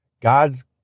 God's